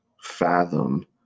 fathom